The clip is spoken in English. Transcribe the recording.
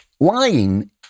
Lying